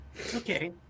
Okay